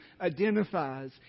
identifies